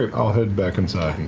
i'll head back inside,